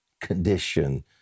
condition